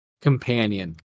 companion